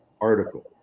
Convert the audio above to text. article